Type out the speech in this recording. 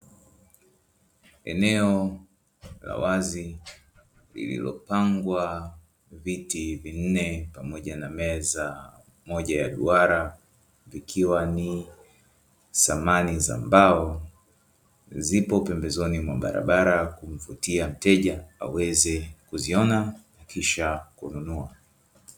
Eneo la wazi lililopangwa viti vinne pamoja na meza moja ya duara; ikiwa ni samani za mbao, zipo pembezoni mwa barabara kumvutia mteja, aweze kuziona kisha kununua.